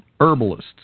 Herbalists